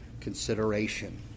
consideration